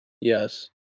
Yes